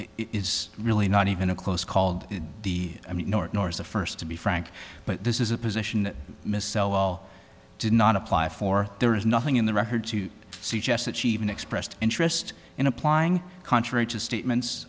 is really not even a close called the i mean the first to be frank but this is a position that miss l did not apply for there is nothing in the record to suggest that she even expressed interest in applying contrary to statements